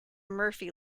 murphy